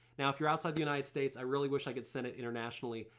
now if you're outside the united states i really wish i could send it internationally,